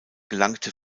gelangte